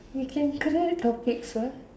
we can create topics what